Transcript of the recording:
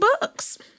books